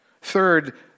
Third